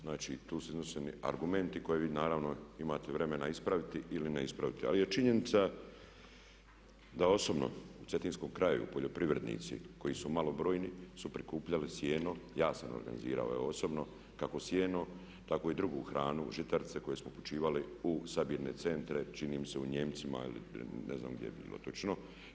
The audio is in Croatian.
Znači tu su izneseni argumenti koje vi naravno imate vremena ispraviti ili ne ispraviti, ali je činjenica da osobno u Cetinskom kraju poljoprivrednici koji su malobrojni su prikupljali sijeno, ja sam im organizirao evo osobno kako sijeno, tako i drugu hranu žitarice koje smo počivali u sabirne centre čini mi se u Nijemcima ili ne znam gdje bi bilo točno.